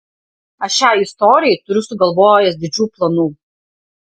aš šiai istorijai turiu sugalvojęs didžių planų